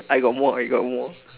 I got more I got more